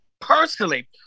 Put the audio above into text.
personally